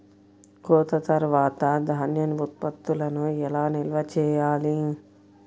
కోత తర్వాత ధాన్య ఉత్పత్తులను ఎలా నిల్వ చేయాలి?